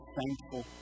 thankful